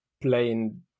playing